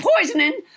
poisoning